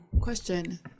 question